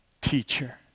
teacher